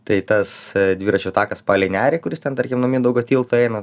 tai tas dviračių takas palei nerį kuris ten tarkim nuo mindaugo tilto eina